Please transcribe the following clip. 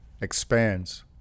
expands